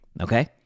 Okay